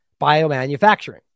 biomanufacturing